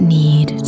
need